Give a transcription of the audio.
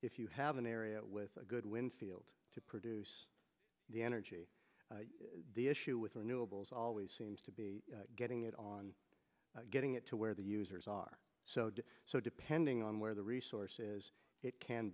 if you have an area with a good wind field to produce the energy the issue with renewables always seems to be getting it on getting it to where the users are so so depending on where the resource is it can